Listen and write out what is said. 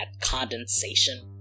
condensation